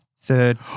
Third